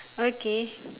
okay